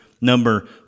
number